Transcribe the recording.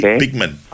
pigment